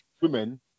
women